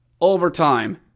Overtime